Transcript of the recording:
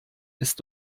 ist